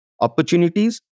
opportunities